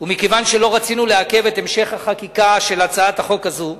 ומכיוון שלא רצינו לעכב את המשך החקיקה של הצעת החוק הזו,